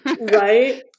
Right